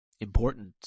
Important